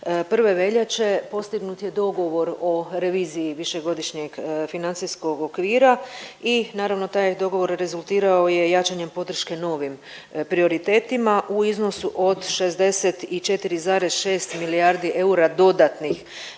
1. veljače postignut je dogovor o reviziji višegodišnjeg financijskog okvira i naravno taj dogovor rezultirao je jačanjem podrške novim prioritetima u iznosu od 64,6 milijardi eura dodatnih